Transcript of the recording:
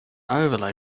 overlay